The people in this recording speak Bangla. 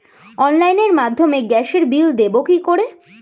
অনলাইনের মাধ্যমে গ্যাসের বিল দেবো কি করে?